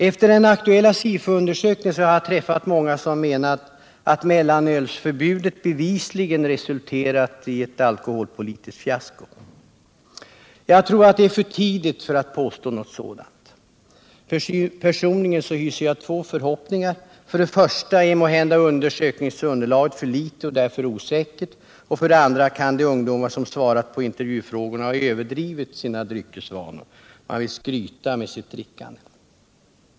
Efter den aktuella SIFO-undersökningen har jag träffat många som menat att mellanölsförbudet bevisligen resulterat i ett alkoholpolitiskt fiasko. Jag tror att det är för tidigt att påstå något sådant. Personligen hyser jag två förhoppningar, nämligen för det första att undersökningsunderlaget måhända skall visa sig vara för litet och därför osäkert, för det andra att de ungdomar som har svarat på intervjufrågorna kan ha överdrivit sina dryckesvanor, dvs. velat skryta med sitt drickande.